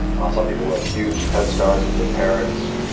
ah some people have huge head starts with their parents,